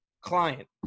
client